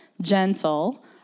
gentle